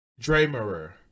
Dremerer